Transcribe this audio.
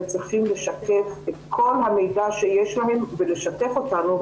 הם צריכים לשקף את כל המידע שיש להם ולשתף אותנו,